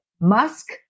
Musk